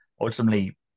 ultimately